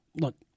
Look